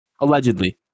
Allegedly